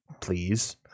please